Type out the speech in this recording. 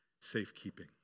safekeeping